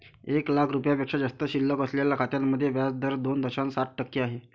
एक लाख रुपयांपेक्षा जास्त शिल्लक असलेल्या खात्यांमध्ये व्याज दर दोन दशांश सात टक्के आहे